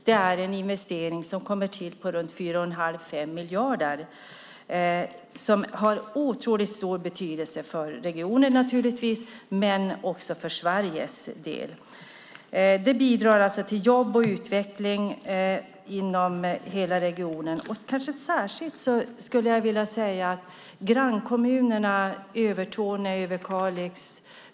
Det är en investering på 4 1⁄2-5 miljarder som kommer till och som naturligtvis har otroligt stor betydelse för regionen men också för Sveriges del. Detta bidrar alltså till jobb och utveckling inom hela regionen och kanske särskilt, skulle jag vilja säga, till grannkommunerna Övertorneå och Överkalix.